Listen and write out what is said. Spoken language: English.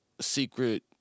secret